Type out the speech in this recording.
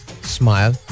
smile